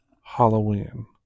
Halloween